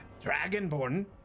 Dragonborn